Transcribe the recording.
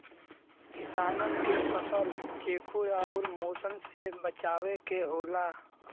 किसानन के फसल चेखुर आउर मुसन से बचावे के होला